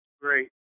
great